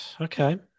Okay